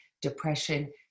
depression